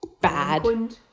bad